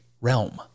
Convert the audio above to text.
realm